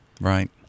Right